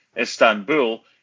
Istanbul